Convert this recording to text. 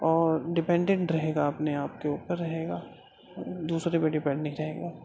اور ڈپینڈنٹ رہے گا اپنے آپ کے اوپر رہے گا دوسرے پہ ڈپینڈ نہیں رہے گا